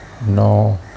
No